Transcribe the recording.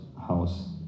house